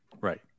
Right